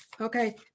Okay